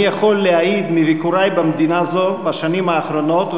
אני יכול להעיד מביקורי במדינה זו בשנים האחרונות,